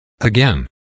Again